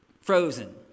Frozen